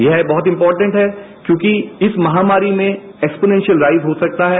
यह बहुत इम्पोटेंट हैं क्योंकि इस महामारी में एक्सपोनेशियल राइज हो सकता है